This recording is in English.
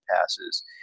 passes